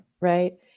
Right